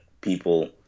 people